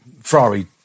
ferrari